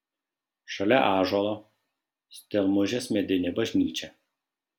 šalia ąžuolo stelmužės medinė bažnyčia